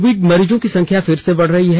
Covid मरीजों की संख्या फिर से बढ़ रही है